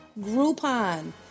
Groupon